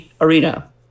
Arena